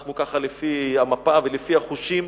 הלכנו ככה לפי המפה ולפי החושים,